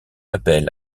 appel